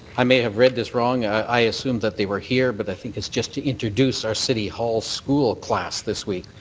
i may have read this wrong. i assumed that they were here, but i think it's just to introduce our city hall school class this week,